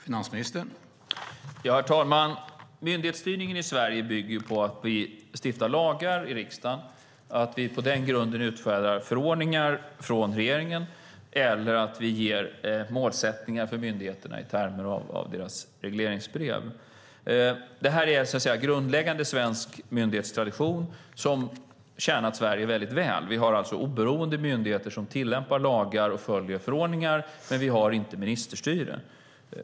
Herr talman! Myndighetsstyrningen i Sverige bygger på att vi i riksdagen stiftar lagar och på att regeringen på den grunden utfärdar förordningar eller ger målsättningar för myndigheterna i deras regleringsbrev. Detta är grundläggande svensk myndighetstradition som har tjänat Sverige väldigt väl. Vi har alltså oberoende myndigheter som tillämpar lagar och följer förordningar. Vi har inte ministerstyre.